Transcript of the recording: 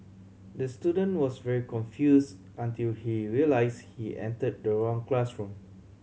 the student was very confuse until he realise he enter the wrong classroom